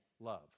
love